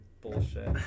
bullshit